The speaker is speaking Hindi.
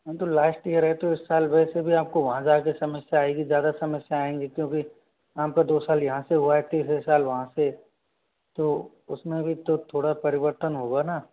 हाँ तो लास्ट इयर है तो इस साल वैसे भी आपको वहाँ जाके समस्या आएँगी ज़्यादा समस्या आएँगी क्योंकि आपका दो साल यहाँ से हुआ है तीसरा साल वहाँ से तो उसमें भी तो थोड़ा परिवर्तन होगा ना